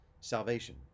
salvation